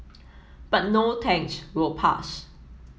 but no thanks we'll pass